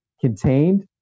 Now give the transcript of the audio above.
contained